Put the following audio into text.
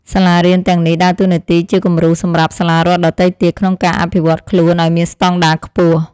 សាលារៀនទាំងនេះដើរតួនាទីជាគំរូសម្រាប់សាលារដ្ឋដទៃទៀតក្នុងការអភិវឌ្ឍន៍ខ្លួនឱ្យមានស្តង់ដារខ្ពស់។